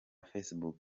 facebook